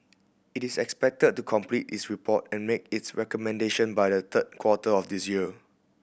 it is expected to complete its report and make its recommendation by the third quarter of this year